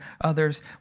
others